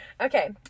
Okay